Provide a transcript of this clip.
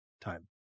time